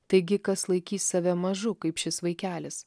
taigi kas laikys save mažu kaip šis vaikelis